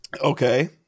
Okay